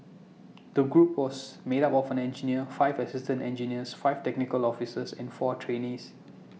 the group was made up of an engineer five assistant engineers five technical officers and four trainees